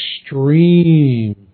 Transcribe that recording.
extreme